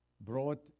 brought